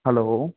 hello